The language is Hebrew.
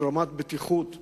עם רמת בטיחות טובה,